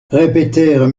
répétèrent